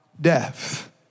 death